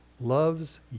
loves